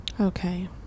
Okay